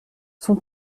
son